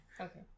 Okay